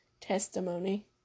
testimony